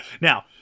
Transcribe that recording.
Now –